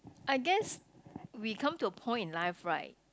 I guess we come to a point in life right